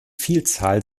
vielzahl